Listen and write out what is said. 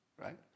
right